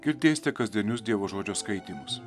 girdėsite kasdienius dievo žodžio skaitymus